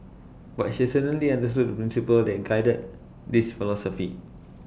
but she certainly understood the principle that guided this philosophy